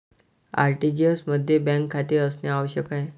RTGS मध्ये bank खाते असणे आवश्यक आहे